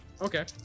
Okay